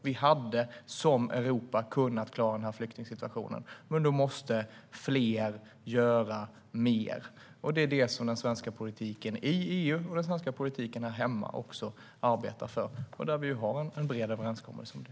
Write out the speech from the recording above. Europa hade kunnat klara flyktingsituationen, men fler måste göra mer. Det är det den svenska politiken i EU och den svenska politiken här hemma arbetar för, och vi har en bred överenskommelse om det.